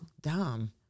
dumb